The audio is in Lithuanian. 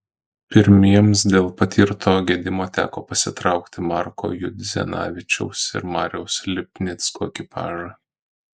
pirmiesiems dėl patirto gedimo teko pasitraukti marko judzentavičiaus ir mariaus lipnicko ekipažui